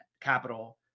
capital